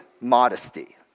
modesty